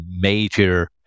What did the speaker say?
major